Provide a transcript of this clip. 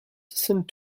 sent